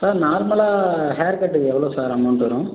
sir நார்மலாக ஹேர்கட்டுக்கு எவ்வளோ சார் அமௌண்ட் வரும்